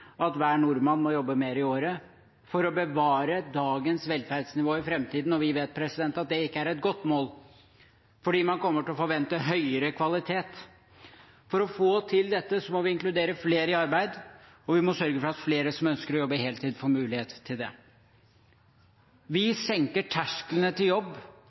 at hver nordmann må jobbe mer i året for å bevare dagens velferdsnivå i fremtiden, og vi vet at det ikke er et godt mål fordi man kommer til å forvente høyere kvalitet. For å få til dette må vi inkludere flere i arbeid, og vi må sørge for at flere som ønsker å jobbe heltid, får mulighet til det. Vi senker tersklene til jobb,